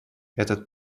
этот